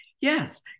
Yes